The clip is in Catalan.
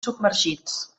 submergits